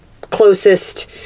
closest